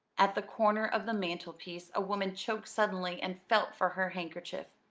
at the corner of the mantelpiece a woman choked suddenly and felt for her handkerchief.